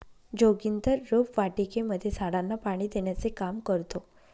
जोगिंदर रोपवाटिकेमध्ये झाडांना पाणी देण्याचे काम करतो